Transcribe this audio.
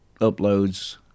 uploads